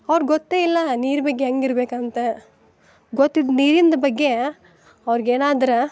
ಅವ್ರ್ಗೆ ಗೊತ್ತೇ ಇಲ್ಲ ನೀರು ಬಗ್ಗೆ ಹೆಂಗಿರ್ಬೇಕಂತ ಗೊತ್ತಿದೆ ನೀರಿಂದು ಬಗ್ಗೆ ಅವ್ರ್ಗೇನಾದ್ರು